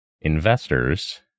investors